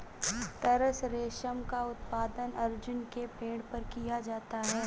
तसर रेशम का उत्पादन अर्जुन के पेड़ पर किया जाता है